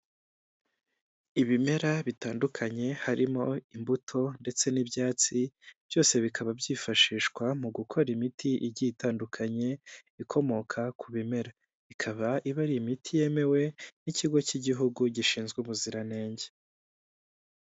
Ibimera bitandukanye harimo imbuto ndetse n'ibyatsi, byose bikaba byifashishwa mu gukora imiti igiye itandukanye ikomoka ku bimera. Ikaba iba ari imiti yemewe n'ikigo cy'igihugu gishinzwe ubuziranenge.